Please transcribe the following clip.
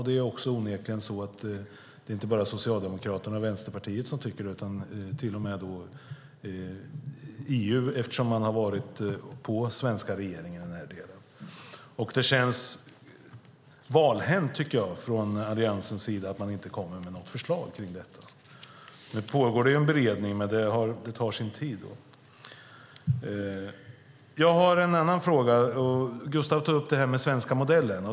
Det är onekligen också så att det inte bara är Socialdemokraterna och Vänsterpartiet som tycker det utan till och med EU, eftersom de har varit på den svenska regeringen om det. Det känns valhänt från Alliansens sida att inte komma med något förslag kring detta. Nu pågår det ju en beredning, men det tar sin tid. Jag har även en annan fråga. Gustav Nilsson tar upp den svenska modellen.